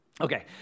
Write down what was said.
Okay